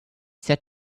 said